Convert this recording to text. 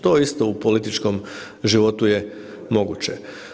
To isto u političkom životu je moguće.